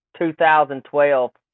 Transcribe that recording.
2012